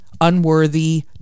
unworthy